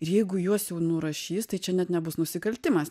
ir jeigu juos jau nurašys tai čia net nebus nusikaltimas